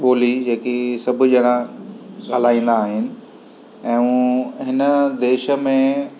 ॿोली जेकी सभु ॼणा ॻाल्हाईंदा आहिनि ऐं उहा इन देश में